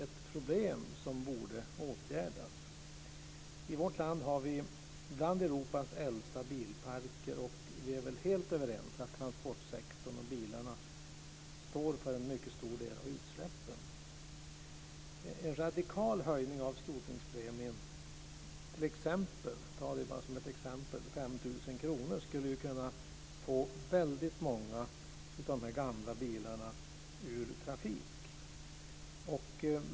I vårt land har vi en av Europas äldsta bilparker, och vi är väl helt överens om att transportsektorn och bilarna står för en mycket stor del av utsläppen? En radikal höjning av skrotningspremien till exempelvis 5 000 kr skulle kunna få väldigt många av de gamla bilarna ur trafik.